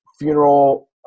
funeral